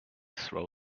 throw